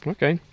Okay